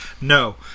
no